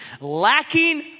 lacking